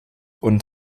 und